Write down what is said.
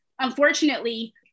unfortunately